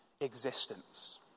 existence